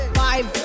five